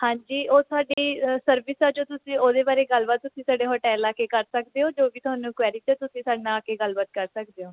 ਹਾਂਜੀ ਉਹ ਤੁਹਾਡੀ ਸਰਵਿਸ ਆ ਜੋ ਤੁਸੀਂ ਉਹਦੇ ਬਾਰੇ ਗੱਲ ਬਾਤ ਤੁਸੀਂ ਸਾਡੇ ਹੋਟੇਲ ਆ ਕੇ ਕਰ ਸਕਦੇ ਹੋ ਜੋ ਵੀ ਤੁਹਾਨੂੰ ਕੋਐਰਿਜ਼ ਹੈ ਤੁਸੀਂ ਸਾਡੇ ਨਾਲ਼ ਆ ਕੇ ਗੱਲ ਬਾਤ ਕਰ ਸਕਦੇ ਹੋ